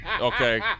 Okay